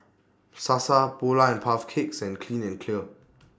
Sasa Polar and Puff Cakes and Clean and Clear